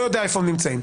לא יודע היכן הם נמצאים.